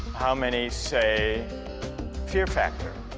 how many say fear factor?